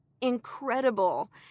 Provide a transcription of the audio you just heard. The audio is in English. incredible